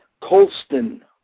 Colston